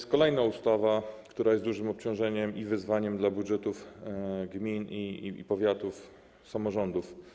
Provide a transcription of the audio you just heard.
To kolejna ustawa, która jest dużym obciążeniem i wyzwaniem dla budżetów gmin i powiatów, samorządów.